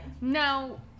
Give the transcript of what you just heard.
Now